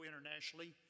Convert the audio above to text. internationally